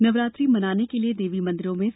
नवरात्रि मनाने के लिए देवी मंदिरों में साज है